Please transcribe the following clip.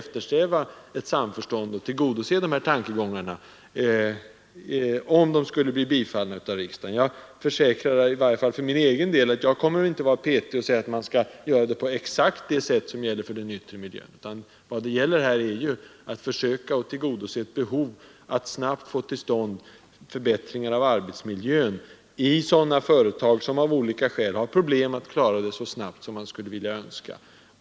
För egen del försäkrar jag att jag inte kommer att vara petig och säga att det skall göras på exakt det sätt som gäller för den yttre miljön, utan vad det här gäller är att försöka tillgodose ett behov att snabbt få till stånd förbättringar i arbetsmiljön i sådana företag som av olika skäl har problem med att genomföra förbättringarna så snabbt som man skulle önska.